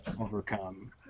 overcome